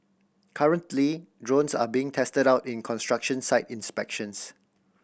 currently drones are being tested out in construction site inspections